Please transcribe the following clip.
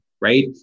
Right